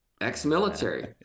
ex-military